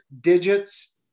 digits